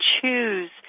choose